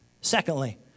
Secondly